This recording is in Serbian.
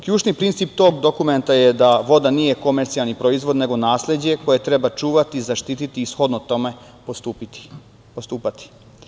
Ključni princip tog dokumenta je da voda nije komercijalni proizvod nego nasleđe koje treba čuvati, zaštititi i shodno tome postupati.